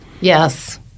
Yes